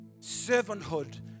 servanthood